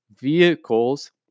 vehicles